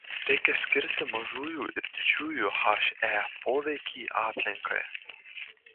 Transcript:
reikia skirti mažųjų ir didžiųjų he poveikį aplinkai